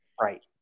Right